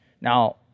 Now